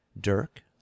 Dirk